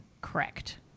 Correct